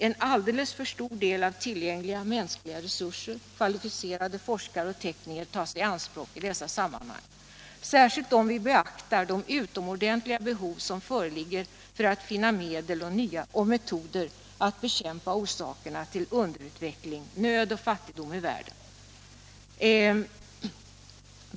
En alldeles för stor del av tillgängliga mänskliga resurser, kvalificerade forskare och tekniker tas i anspråk i dessa sammanhang, särskilt om vi beaktar det utomordentliga behov som föreligger för att finna medel och metoder att bekämpa orsakerna till underutveckling, nöd och fattigdom i världen.